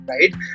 right